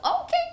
okay